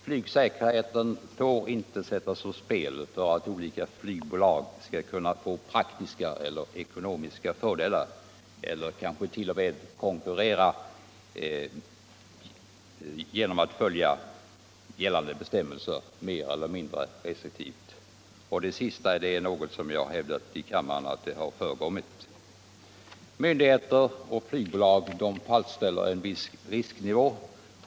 Flygsäkerheten får inte sättas ur spel av att olika flygbolag skaffar sig praktiska och ekonomiska fördelar eller kanske t.o.m. konkurrerar genom att följa gällande bestämmelser mer eller mindre restriktivt. Jag har ju tidigare hävdat i kammaren att det sistnämnda har förekommit. | Myndigheter och flygbolag fastställer en viss risknivå.